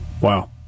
Wow